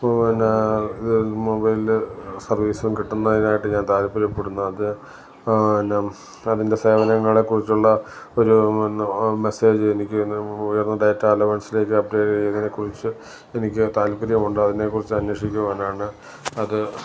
പിന്നേ ഇത് മൊബൈലിൽ സർവ്വീസ് കിട്ടുന്നതിനായിട്ട് ഞാൻ താല്പര്യപ്പെടുന്നു അത് ന്നേ അതിൻ്റെ സേവനങ്ങളെ കുറിച്ചുള്ള ഒരു മെസ്സേജ് എനിക്ക് വരുന്നതായിട്ട് അലവൻസിലേക്ക് അപ്ഗ്രേഡ് ചെയ്യുന്നതിനെക്കുറിച്ച് എനിക്ക് താല്പര്യമുണ്ട് അതിനെക്കുറിച്ച് അന്വേഷിക്കുവാനാണ് അത്